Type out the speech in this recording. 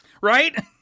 right